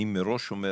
אני מראש אומר,